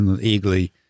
eagerly